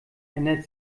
ändert